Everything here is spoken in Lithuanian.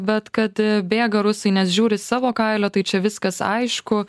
bet kad bėga rusai nes žiūri savo kailio tai čia viskas aišku